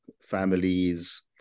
families